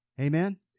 Amen